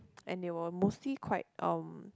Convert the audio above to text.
and they were mostly quite um